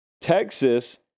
Texas